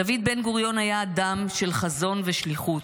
דוד בן-גוריון היה אדם של חזון ושליחות.